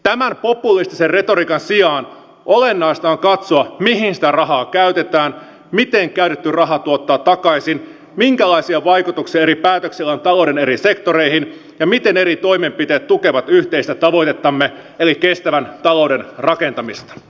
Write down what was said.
tämän populistisen retoriikan sijaan olennaista on katsoa mihin sitä rahaa käytetään miten käytetty raha tuottaa takaisin minkälaisia vaikutuksia eri päätöksillä on talouden eri sektoreihin ja miten eri toimenpiteet tukevat yhteistä tavoitettamme eli kestävän talouden rakentamista